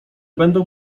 będą